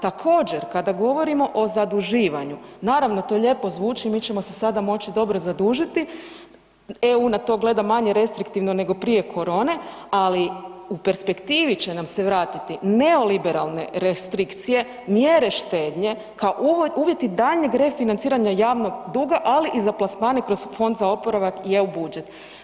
Također kada govorimo o zaduživanju naravno to lijepo zvuči mi ćemo se sada moći dobro zadužiti, EU na to gleda manje restriktivno nego prije korone, ali u perspektivi će nam se vratiti neoliberalne restrikcije, mjere štednje kao uvjeti daljnjeg refinanciranja javnog duga, ali i za plasmane kroz Fond za oporavak i EU budžet.